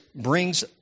brings